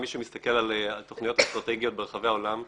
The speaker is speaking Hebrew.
מי שמסתכל על התוכניות האסטרטגיות ברחבי העולם,